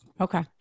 Okay